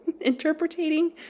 interpreting